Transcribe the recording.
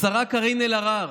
השרה קארין אלהרר,